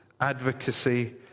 advocacy